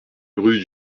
rue